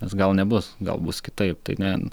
nes gal nebus gal bus kitaip tai ne